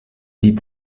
die